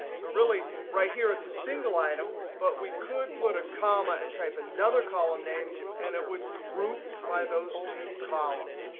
so really right here it's a single item. but we could put a comma and type another column name, and it would group by those two columns.